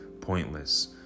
pointless